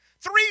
Three